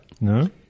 no